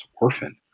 orphan